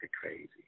crazy